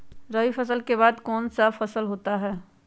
रवि फसल के बाद कौन सा फसल होता है?